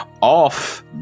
off